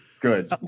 Good